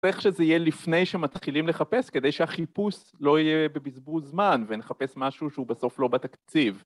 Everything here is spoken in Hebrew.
צריך שזה יהיה לפני שמתחילים לחפש כדי שהחיפוש לא יהיה בבזבוז זמן ונחפש משהו שהוא בסוף לא בתקציב